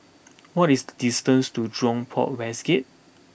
what is the distance to Jurong Port West Gate